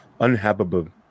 Unhabitable